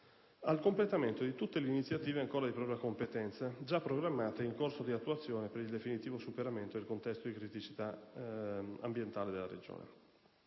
al completamento di tutte le iniziative ancora di propria competenza, già programmate ed in corso di attuazione per il definitivo superamento del contesto di criticità ambientale della Regione.